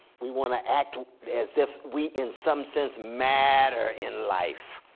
we want to act as if we in some sense matter in life.